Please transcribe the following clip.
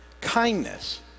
Kindness